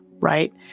Right